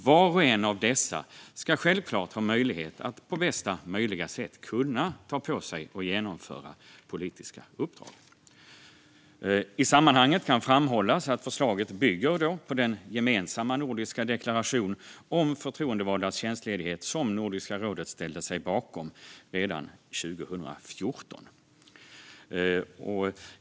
Var och en av dessa ska självklart ha möjlighet att på bästa möjliga sätt ta på sig och genomföra politiska uppdrag. I sammanhanget kan framhållas att förslaget bygger på den gemensamma nordiska deklaration om förtroendevaldas tjänstledighet som Nordiska rådet ställde sig bakom redan 2014.